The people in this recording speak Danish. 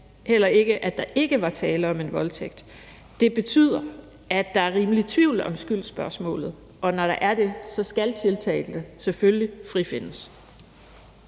heller ikke, at der ikke var tale om en voldtægt. Det betyder, at der er rimelig tvivl om skyldsspørgsmålet, og når der er det, så skal tiltalte selvfølgelig frifindes.